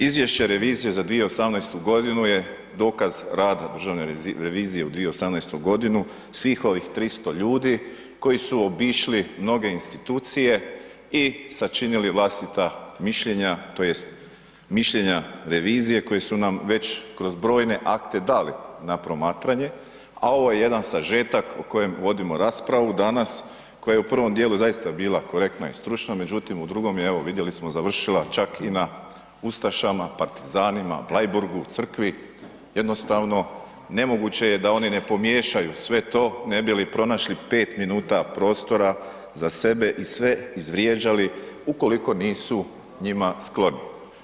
Izvješće revizije za 2018. godinu je dokaz rada državne revizije u 2018. g., svih ovih 300 ljudi koji su obišli mnoge institucije i sačinili vlastita mišljenja tj. mišljenja revizije koje su nam već kroz brojne akte dali na promatranje, a ovo je jedan sažetak o kojem vodimo raspravu danas, koje je u prvom dijelu zaista bila korektna i stručna, međutim, u drugom je evo, vidjeli smo, završila čak i na ustašama, partizanima, Bleiburgu, Crkvi, jednostavno, nemoguće je da oni ne pomiješaju sve to, ne bi li pronašli 5 minuta prostora za sebe i sve izvrijeđali, ukoliko nisu njima skloni.